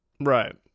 Right